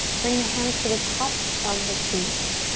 bring the hands to the tops of the feet.